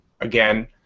again